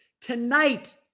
Tonight